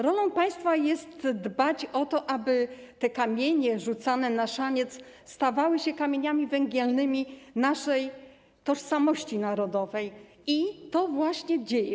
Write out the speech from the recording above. Rolą państwa jest dbać o to, aby te kamienie rzucane na szaniec stawały się kamieniami węgielnymi naszej tożsamości narodowej, i to właśnie się dzieje.